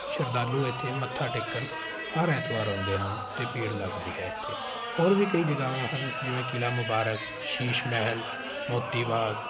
ਸ਼ਰਧਾਲੂ ਇੱਥੇ ਮੱਥਾ ਟੇਕਣ ਹਰ ਐਤਵਾਰ ਆਉਂਦੇ ਹਨ ਅਤੇ ਭੀੜ ਲੱਗਦੀ ਹੈ ਇੱਥੇ ਹੋਰ ਵੀ ਕਈ ਜਗ੍ਹਾਵਾਂ ਹਨ ਜਿਵੇਂ ਕਿਲ੍ਹਾ ਮੁਬਾਰਕ ਸ਼ੀਸ਼ ਮਹਿਲ ਮੋਤੀ ਬਾਗ